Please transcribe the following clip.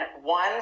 one